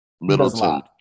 Middleton